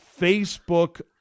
Facebook